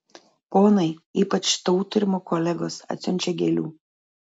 ponai ypač tautrimo kolegos atsiunčią gėlių